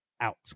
out